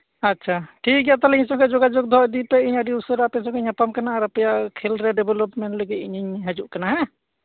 ᱟᱪᱪᱷᱟ ᱴᱷᱤᱠᱜᱮᱭᱟ ᱛᱟᱦᱚᱞᱮ ᱤᱧ ᱥᱟᱞᱟᱜ ᱡᱚᱜᱟᱡᱚᱜ ᱫᱚᱦᱚ ᱤᱫᱤᱭᱯᱮ ᱤᱧ ᱟᱹᱰᱤ ᱩᱥᱟᱹᱨᱟ ᱟᱯᱮ ᱥᱟᱶᱤᱧ ᱧᱟᱯᱟᱢ ᱠᱟᱱᱟ ᱟᱨ ᱟᱯᱮᱭᱟᱜ ᱠᱷᱮᱞ ᱨᱮ ᱰᱮᱵᱷᱞᱚᱯᱢᱮᱱᱴ ᱞᱟᱹᱜᱤᱫ ᱤᱧ ᱦᱤᱡᱩᱜ ᱠᱟᱱᱟ ᱦᱮᱸ